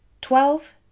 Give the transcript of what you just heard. twelve